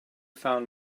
found